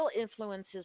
influences